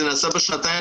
אלא כמה פעמים.